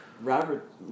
Robert